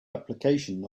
application